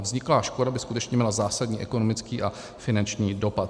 Vzniklá škoda by skutečně měla zásadní ekonomický a finanční dopad.